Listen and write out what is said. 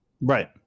Right